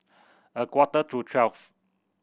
a quarter to twelve